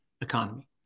economy